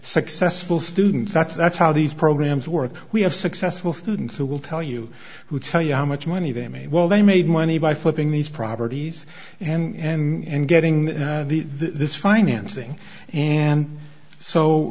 successful students that's that's how these programs work we have successful students who will tell you who tell you how much money they made well they made money by flipping these properties and getting this financing and so